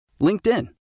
LinkedIn